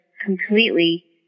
completely